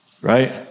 Right